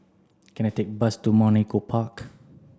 can I take a bus to Mount Echo Park